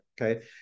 okay